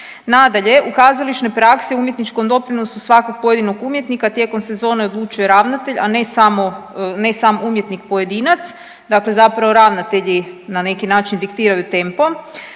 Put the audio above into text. Nadalje, u kazališnoj praksi u umjetničkom doprinosu svakog pojedinog umjetnika tijekom sezone odlučuje ravnatelj, a ne sam umjetnik pojedinac, zapravo ravnatelji na neki način diktiraju tempo.